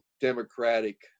democratic